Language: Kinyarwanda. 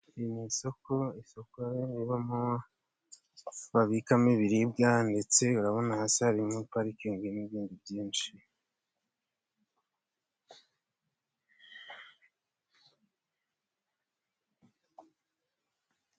Iri ni isoko, isoko ribamo babikamo ibiribwa, ndetse urabona hasi harimo parikingi n'ibindi byinshi.